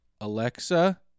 Alexa